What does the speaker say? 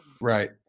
Right